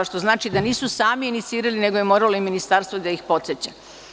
Što znači da nisu sami inicirali nego je moralo i ministarstvo da ih podseća.